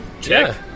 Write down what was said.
Check